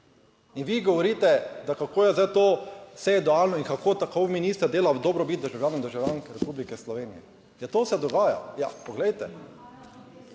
In vi govorite, kako je zdaj to vse idealno in kako tako minister dela v dobrobit državljanov in državljank Republike Slovenije. Ja, to se dogaja… / oglašanje